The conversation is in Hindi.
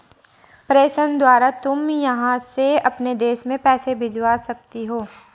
प्रेषण द्वारा तुम यहाँ से अपने देश में पैसे भिजवा सकती हो